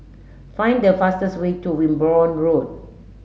find the fastest way to Wimborne Road